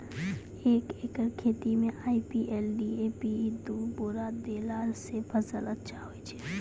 एक एकरऽ खेती मे आई.पी.एल डी.ए.पी दु बोरा देला से फ़सल अच्छा होय छै?